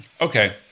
Okay